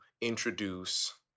introduce